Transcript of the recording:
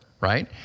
right